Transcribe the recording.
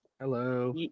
Hello